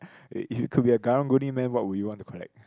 eh if you could be a karang guni man what would you want to collect